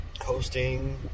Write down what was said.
hosting